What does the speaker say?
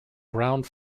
ground